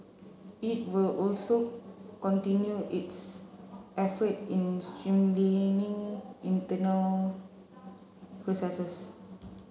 it will also continue its effort in streamlining internal processes